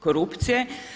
korupcije.